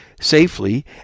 safely